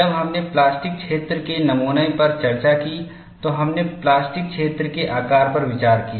जब हमने प्लास्टिक क्षेत्र के नमूना पर चर्चा की तो हमने प्लास्टिक क्षेत्र के आकार पर विचार किया